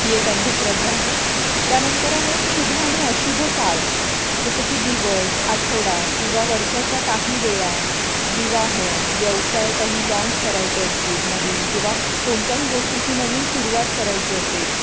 ही एक अंधश्रद्धा आहे त्यानंतर आहे शुभ आणि अशुभ काळ जसं की दिवस आठवडा किंवा वर्षाच्या काही वेळा विवाह व्यवसाय काही लाँच करायचं असतील नवीन किंवा कोणत्याही गोष्टीची नवीन सुरुवात करायची असेल